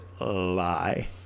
lie